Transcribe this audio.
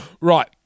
Right